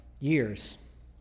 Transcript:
years